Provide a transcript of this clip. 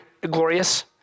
glorious